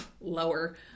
lower